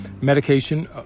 medication